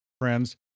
friends